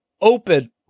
open